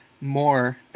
More